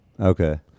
Okay